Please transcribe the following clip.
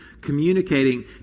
communicating